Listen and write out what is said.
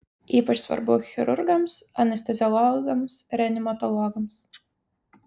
ypač svarbu chirurgams anesteziologams reanimatologams